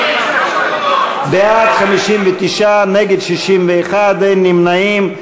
בעד, 59, נגד, 61, אין נמנעים.